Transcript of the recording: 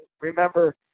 remember